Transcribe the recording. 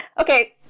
okay